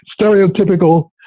stereotypical